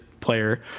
player